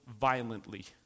violently